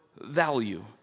value